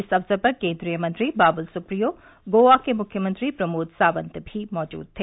इस अवसर पर केन्द्रीय मंत्री बाबुल सुप्रियो गोवा के मुख्यमंत्री प्रमोद सावंत भी मौजूद थे